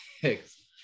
Six